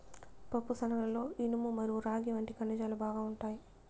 పప్పుశనగలలో ఇనుము మరియు రాగి వంటి ఖనిజాలు బాగా ఉంటాయి